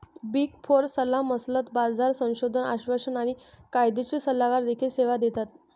big four सल्लामसलत, बाजार संशोधन, आश्वासन आणि कायदेशीर सल्लागार देखील सेवा देतात